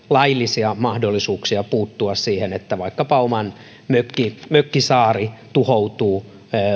laillisia mahdollisuuksia puuttua siihen että vaikkapa oma mökkisaari mökkisaari tuhoutuu